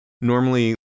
Normally